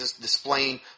displaying